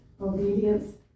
obedience